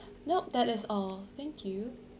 nope that is all thank you